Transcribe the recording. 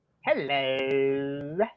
Hello